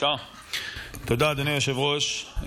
תודה, אדוני היושב-ראש.